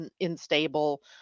unstable